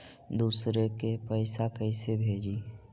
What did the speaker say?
दुसरे के पैसा कैसे भेजी?